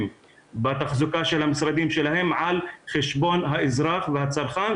בתחזוקה של המשרדים שלהם על חשבון האזרח והצרכן,